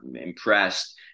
impressed